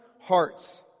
hearts